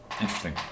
interesting